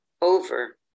over